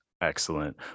Excellent